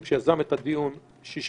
הקפדת יתר דווקא מההתפתחות באזור של היהודים,